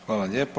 Hvala lijepa.